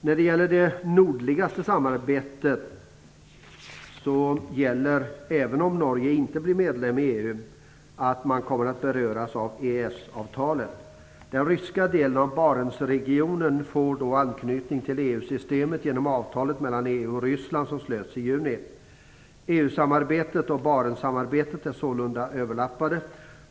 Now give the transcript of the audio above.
När det gäller det nordligaste samarbetet vill jag säga att Norge, även om man inte blir medlem i EU, kommer att beröras av EES-avtalet. Den ryska delen av Barentsregionen får då anknytning till EU systemet genom avtalet mellan EU och Ryssland som släpps i juni. EU-samarbetet och Barentssamarbetet är sålunda överlappande.